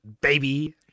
baby